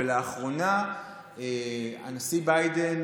ולאחרונה הנשיא ביידן,